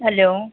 hello